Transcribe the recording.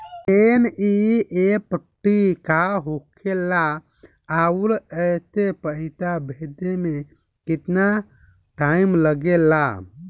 NEFT का होखे ला आउर एसे पैसा भेजे मे केतना टाइम लागेला?